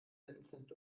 vincent